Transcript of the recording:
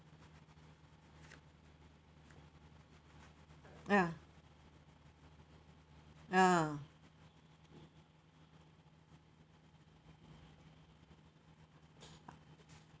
ya ya